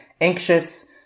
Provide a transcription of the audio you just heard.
anxious